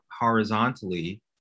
horizontally